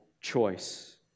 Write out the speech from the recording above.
choice